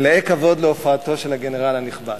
מלאי כבוד להופעתו של הגנרל הנכבד.